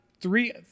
three